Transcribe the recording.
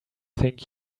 think